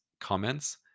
comments